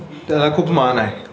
त्याला खूप मान आहे